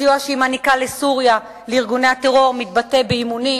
הסיוע שמעניקה סוריה לארגוני הטרור מתבטא באימונים,